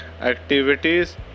activities